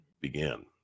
began